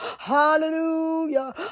Hallelujah